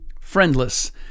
friendless